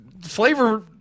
flavor